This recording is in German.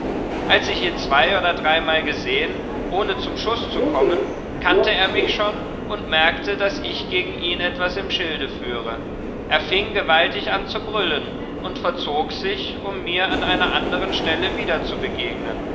als ich ihn zwei oder dreimal gesehen ohne zum schuß zu kommen kannte er mich schon und merkte daß ich gegen ihn etwas im schilde führe er fing gewaltig an zu brüllen und verzog sich um mir an einer andern stelle wieder zu begegnen